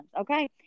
okay